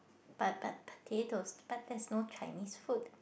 but but potatoes but there's no Chinese food